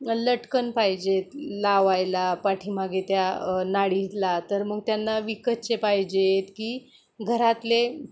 लटकन पाहिजेत लावायला पाठीमागे त्या नाडीला तर मग त्यांना विकतचे पाहिजेत की घरातले